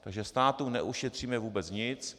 Takže státu neušetříme vůbec nic.